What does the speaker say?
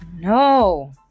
No